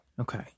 Okay